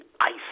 ice